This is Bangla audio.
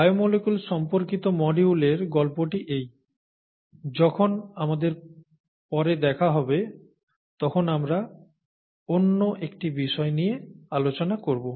বায়োমলিকুল সম্পর্কিত মডিউলের গল্পটি এই যখন আমাদের পরে দেখা হবে তখন আমরা অন্য একটি বিষয় নিয়ে আলোচনা করব